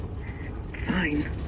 Fine